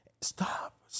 Stop